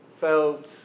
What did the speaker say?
felt